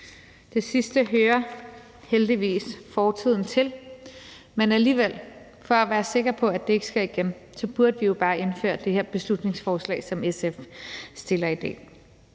Det sidste hører heldigvis fortiden til, men alligevel, for at være sikker på det ikke sker igen, burde vi jo bare indføre det her beslutningsforslag, som SF fremsætter i dag.